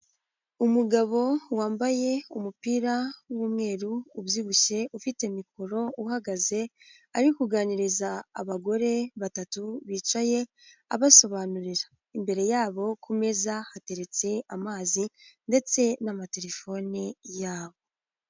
Umugabo wambaye umupira w'umweru ubyibushye ufite mikoro uhagaze ari kuganiriza abagore batatu bicaye, abasobanurira imbere yabo ku meza hateretse amazi ndetse n'amatelefone yabo.